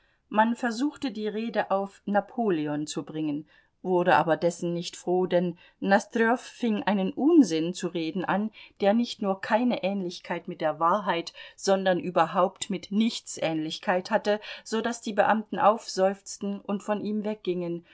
man versuchte die rede auf napoleon zu bringen wurde aber dessen nicht froh denn nosdrjow fing einen unsinn zu reden an der nicht nur keine ähnlichkeit mit der wahrheit sondern überhaupt mit nichts ähnlichkeit hatte so daß die beamten aufseufzten und von ihm weggingen